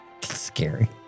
Scary